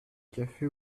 café